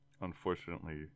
unfortunately